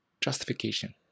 justification